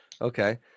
okay